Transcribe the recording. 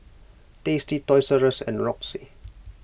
Tasty Toys R Us and Roxy